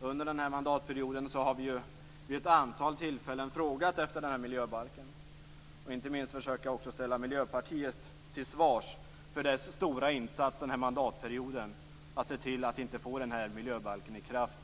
Under denna mandatperiod har vi vid ett antal tillfällen frågat efter den här miljöbalken. Inte minst har vi försökt att ställa Miljöpartiet till svars för dess stora insats den här mandatperioden - att se till att inte få miljöbalken i kraft.